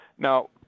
Now